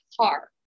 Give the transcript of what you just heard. car